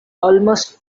almost